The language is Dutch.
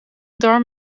darm